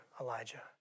Elijah